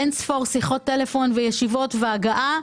אין-ספור שיחות טלפון וישיבות והגעה,